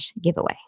giveaway